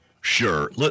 Sure